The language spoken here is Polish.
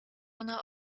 ona